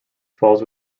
falls